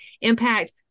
impact